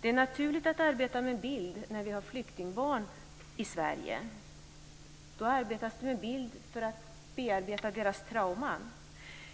Det är naturligt att arbeta med bild när vi har flyktingbarn i Sverige. Då arbetas det med bild för att bearbeta deras trauman.